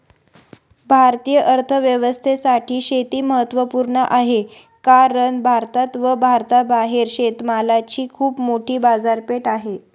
भारतीय अर्थव्यवस्थेसाठी शेती महत्वपूर्ण आहे कारण भारतात व भारताबाहेर शेतमालाची खूप मोठी बाजारपेठ आहे